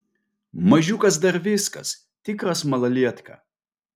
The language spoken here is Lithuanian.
mažiukas dar viskas tikras malalietka